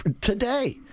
today